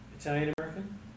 Italian-American